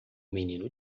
menino